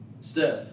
Steph